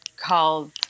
called